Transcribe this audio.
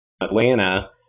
Atlanta